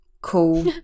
cool